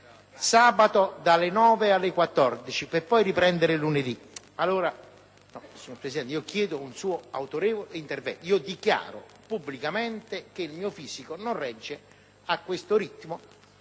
sabato dalle ore 9 alle ore 14, per poi riprendere lunedì. Signor Presidente, io chiedo il suo autorevole intervento e dichiaro pubblicamente che il mio fisico non regge a questo ritmo,